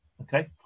Okay